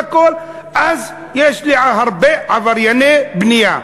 אז יש לי הרבה עברייני בנייה.